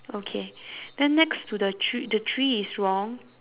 okay then next to the tr~ the tree is wrong